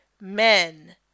men